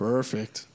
Perfect